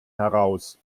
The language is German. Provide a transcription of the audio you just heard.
heraus